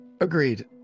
agreed